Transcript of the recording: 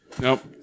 Nope